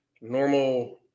normal